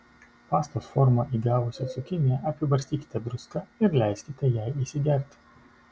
pastos formą įgavusią cukiniją apibarstykite druską ir leiskite jai įsigerti